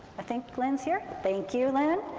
i think lynn's here, thank you, lynn.